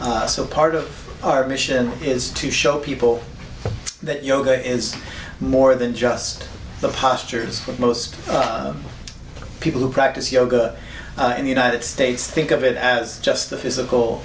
so part of our mission is to show people that yoga is more than just the postures that most people who practice yoga in the united states think of it as just the physical